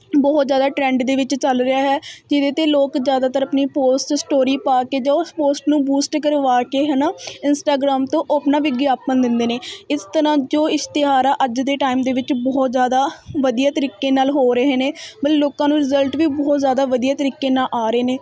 ਬਹੁਤ ਜ਼ਿਆਦਾ ਟਰੈਂਡ ਦੇ ਵਿੱਚ ਚੱਲ ਰਿਹਾ ਹੈ ਜਿਹਦੇ 'ਤੇ ਲੋਕ ਜ਼ਿਆਦਾਤਰ ਆਪਣੀ ਪੋਸਟ ਸਟੋਰੀ ਪਾ ਕੇ ਦਿਓ ਪੋਸਟ ਨੂੰ ਬੂਸਟ ਕਰਵਾ ਕੇ ਹੈ ਨਾ ਇੰਸਟਾਗ੍ਰਾਮ ਤੋਂ ਆਪਣਾ ਵਿਗਿਆਪਨ ਦਿੰਦੇ ਨੇ ਇਸ ਤਰ੍ਹਾਂ ਜੋ ਇਸ਼ਤਿਹਾਰ ਆ ਅੱਜ ਦੇ ਟਾਈਮ ਦੇ ਵਿੱਚ ਬਹੁਤ ਜ਼ਿਆਦਾ ਵਧੀਆ ਤਰੀਕੇ ਨਾਲ ਹੋ ਰਹੇ ਨੇ ਮਤਲਬ ਲੋਕਾਂ ਨੂੰ ਰਿਜਲਟ ਵੀ ਬਹੁਤ ਜ਼ਿਆਦਾ ਵਧੀਆ ਤਰੀਕੇ ਨਾਲ ਆ ਰਹੇ ਨੇ